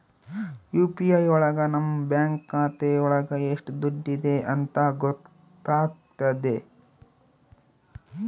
UPI ಒಳಗ ನಮ್ bank ಖಾತೆ ಒಳಗ ಎಷ್ಟ್ ದುಡ್ಡಿದೆ ಅಂತ ಗೊತ್ತಾಗ್ತದೆ